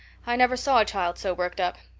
i never saw a child so worked up.